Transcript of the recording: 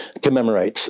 commemorates